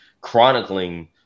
chronicling